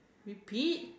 repeat